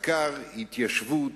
עקר התיישבות,